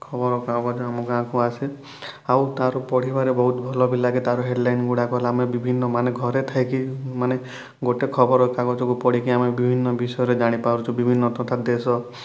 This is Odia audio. ଖବରକାଗଜ ଆମ ଗାଁକୁ ଆସେ ଆଉ ତା'ର ପଢ଼ିବାରେ ବହୁତ ଭଲ ବି ଲାଗେ ତା'ର ହେଡ଼ଲାଇନ୍ ଗୁଡ଼ାକ ହେଲା ଆମେ ବିଭିନ୍ନ ମାନେ ଘରେ ଥାଇକି ମାନେ ଗୋଟେ ଖବରକାଗଜକୁ ପଢ଼ିକି ଆମେ ବିଭିନ୍ନ ବିଷୟରେ ଜାଣିପାରୁଛୁ ବିଭିନ୍ନ ତଥା ଦେଶ